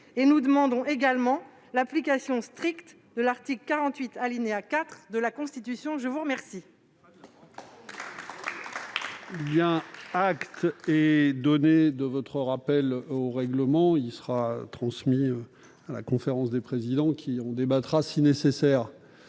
! Nous demandons également l'application stricte de l'article 48, alinéa 4 de la Constitution. Acte vous est